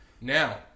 Now